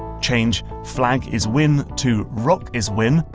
change flag is win to rock is win,